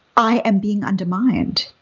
i am being undermined.